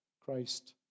Christ